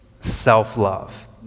self-love